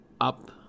up